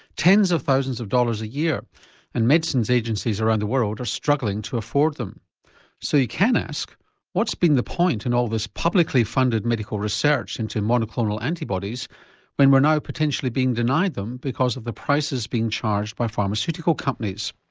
tens of thousands of dollars a year and medicine agencies around the world are struggling to afford them so you can ask what's been the point in all this publicly funded medical research into monoclonal antibodies when we're now being potentially being denied them because of the prices being charged by pharmaceutical companies.